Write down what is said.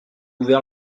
ouvert